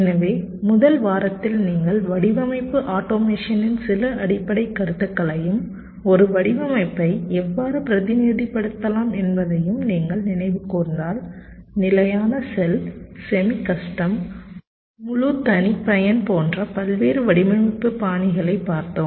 எனவே முதல் வாரத்தில் நீங்கள் வடிவமைப்பு ஆட்டோமேஷனின் சில அடிப்படைக் கருத்துகளையும் ஒரு வடிவமைப்பை எவ்வாறு பிரதிநிதித்துவப்படுத்தலாம் என்பதையும் நீங்கள் நினைவு கூர்ந்தால் நிலையான செல் செமிகஸ்டம் முழு தனிப்பயன் போன்ற பல்வேறு வடிவமைப்பு பாணிகளைப் பார்த்தோம்